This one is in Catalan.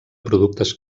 productes